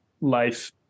life